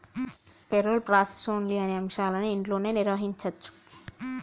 payroll ప్రాసెస్లోని అన్ని అంశాలను ఇంట్లోనే నిర్వహించచ్చు